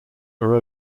are